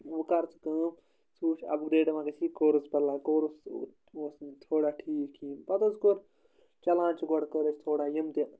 وۄنۍ کَر ژٕ کٲم ژٕ وٕچھ اَپگرٛیڈ مَہ گژھی یہِ کورُس کورُس اوس نہٕ مےٚ تھوڑا ٹھیٖک کِہیٖنۍ پَتہٕ حظ کوٚر چَلان چھِ گۄڈٕ کٔر اَسہِ تھوڑا ییٚمہِ تہِ